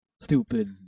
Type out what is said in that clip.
stupid